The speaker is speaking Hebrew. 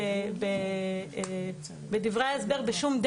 דיון מאוד מאוד חשוב בהוראה שכפי שהיושבת ראש אומרת